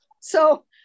So-